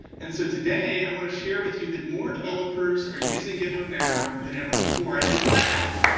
and so today, i want to share with you that more developers are using github now than ever before. and in fact,